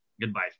Goodbye